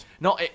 No